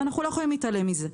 ואנחנו לא יכולים להתעלם מזה.